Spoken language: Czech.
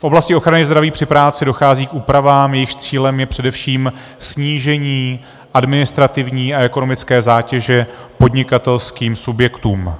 V oblasti ochrany zdraví při práci dochází k úpravám, jejichž cílem je především snížení administrativní a ekonomické zátěže podnikatelským subjektům.